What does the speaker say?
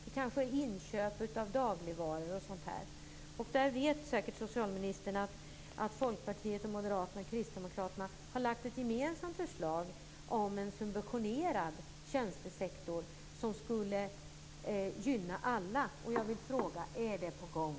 Det kan gälla inköp av dagligvaror och sådant. Socialministern vet säkert att Folkpartiet, Moderaterna och Kristdemokraterna har lagt fram ett gemensamt förslag om en subventionerad tjänstesektor som skulle gynna alla. Jag vill fråga: Är det på gång?